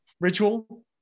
ritual